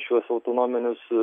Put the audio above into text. šiuos autonominius